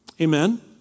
Amen